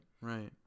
right